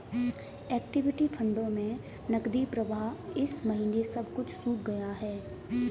equity फंडों में नकदी प्रवाह इस महीने सब कुछ सूख गया है